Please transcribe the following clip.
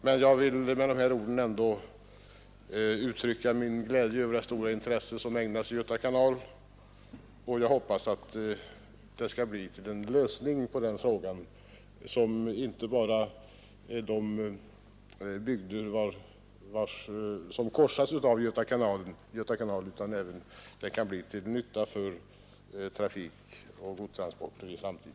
Men jag vill med dessa ord ändå uttrycka min glädje över det stora intresse som ägnats Göta kanal, och jag hoppas att frågan skall få en lösning som blir till nytta inte bara för de bygder som korsas av Göta kanal utan även för trafikoch godstransporter i framtiden.